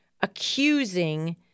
accusing